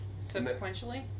subsequently